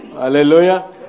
Hallelujah